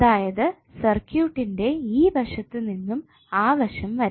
അതായത് സർക്യൂട്ട്ന്റെ ഈ വശത്തു നിന്നും ആ വശം വരെ